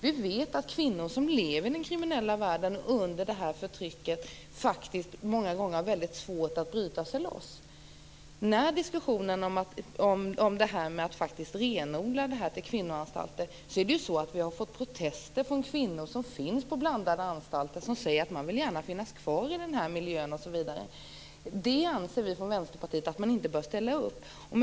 Vi vet att kvinnor som lever i den kriminella världen under det här förtrycket många gånger har väldigt svårt att bryta sig loss. När diskussionen har gällt att renodla till kvinnoanstalter har vi fått protester från kvinnor som finns på blandade anstalter som säger att de gärna vill vara kvar i den miljön. Vi i Vänsterpartiet anser att man inte bör ställa upp på det.